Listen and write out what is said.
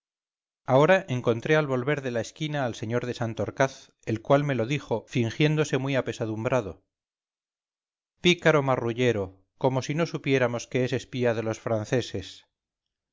ahora encontré al volver de la esquina al sr de santorcaz el cual me lo dijo fingiéndose muy apesadumbrado pícaro marrullero como si no supiéramos que es espía de los franceses